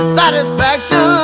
satisfaction